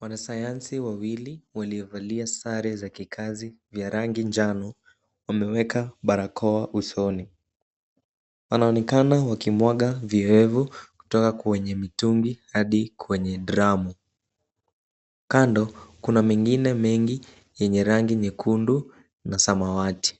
Wanasayansi wawili waliovalia sare za kikazi vya rangi njano wameweka barakoa usoni. Wanaonekana wakimwaga vioevu kutoka kwenye mitungi hadi kwenye dramu. Kando, kuna mengine mengi yenye rangi nyekundu na samawati.